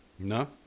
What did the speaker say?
No